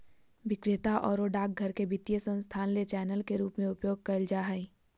विक्रेता आरो डाकघर के वित्तीय संस्थान ले चैनल के रूप में उपयोग कइल जा हइ